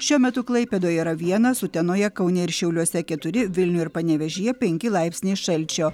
šiuo metu klaipėdoje yra vienas utenoje kaune ir šiauliuose keturi vilniuj ir panevėžyje penki laipsniai šalčio